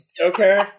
Okay